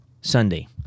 Sunday